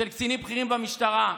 של קצינים בכירים במשטרה.